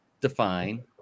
define